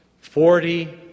Forty